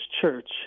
Church